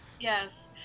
yes